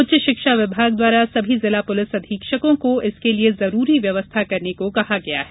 उच्च शिक्षा विभाग द्वारा सभी जिला पुलिस अधीक्षकों को इसके लिए जरूरी व्यवस्था करने को कहा गया है